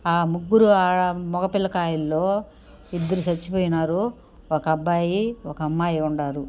ముగ్గురు మగ పిల్లకాయల్లో ఇద్దరు చచ్చిపోయినారు ఒక అబ్బాయి ఒక అమ్మాయి ఉండారు